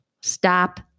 stop